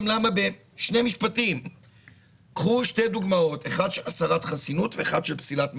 אתן שתי דוגמאות, הראשונה היא פסילת מתמודדים: